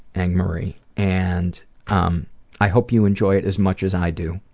ang marie, and um i hope you enjoy it as much as i do.